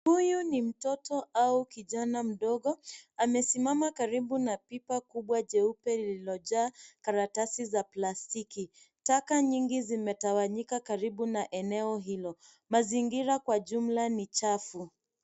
Huyu ni kijana au mtoto mdogo. Amesimama karibu na pipa kubwa jeupe lililojaa karatasi za plastiki. Taka nyingi zimetawanyika karibu na eneo hilo. Mazingira kwa jumla ni chafu.